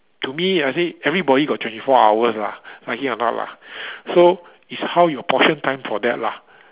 to me I see everybody got twenty four hours lah actually a lot lah so it's how you portion time for that lah